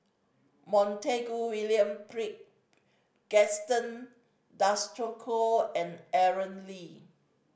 Montague William Gaston Dutronquoy and Aaron Lee